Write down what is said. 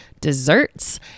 desserts